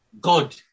God